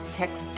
text